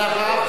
ואחריו,